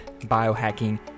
biohacking